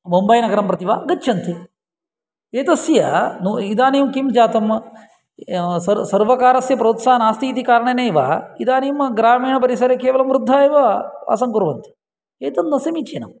मुम्बैनगरं प्रति वा गच्छन्ति एतस्य इदानीं किं जातम् सर्वकारस्य प्रोत्साहः नास्ति इति कारणेनैव इदानीं ग्रामीणपरिसरे केवलं वृद्धः एव वासङ्कुर्वन्ति एतत् न समीचीनम्